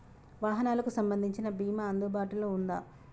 వాహనాలకు సంబంధించిన బీమా అందుబాటులో ఉందా?